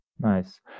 Nice